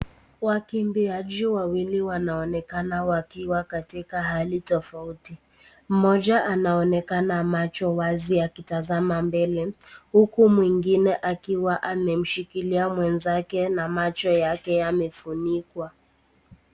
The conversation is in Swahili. Wakimbizaji wawili wanaonekana wakiwa hali tofauti . Moja anaonekana na macho wazi akitazama mbele, huku mwingine akiwa ameshikilia mwenzake na macho yake yamefunikwa.